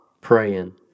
praying